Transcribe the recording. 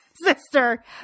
sister